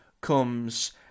comes